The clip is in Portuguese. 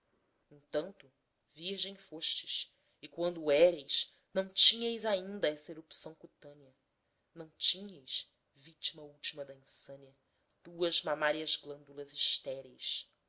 baixeza entanto virgem fostes e quando o éreis não tínheis ainda essa erupção cutânea nem tínheis vítima última da insânia duas mamárias glândulas estéreis